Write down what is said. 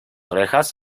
orejas